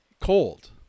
cold